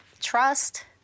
trust